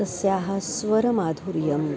तस्याः स्वरमाधुर्यं